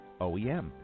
OEM